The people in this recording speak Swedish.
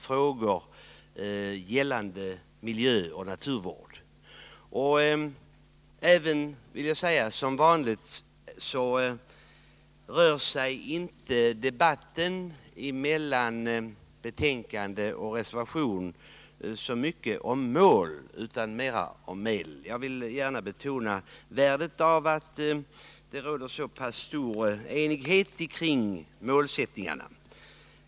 Som vanligt gäller meningsskiljaktigheterna mellan utskottet och reservanterna inte så mycket målen som medlen. Jag vill betona värdet av att det råder så stor enighet kring målsättningarna.